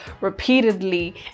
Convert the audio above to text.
repeatedly